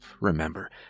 remember